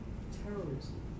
terrorism